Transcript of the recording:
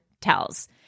tells